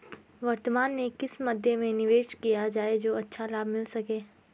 वर्तमान में किस मध्य में निवेश किया जाए जो अच्छा लाभ मिल सके?